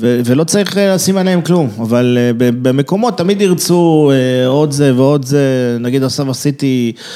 ולא צריך לשים עליהם כלום, אבל במקומות תמיד ירצו עוד זה ועוד זה, נגיד עכשיו עשיתי...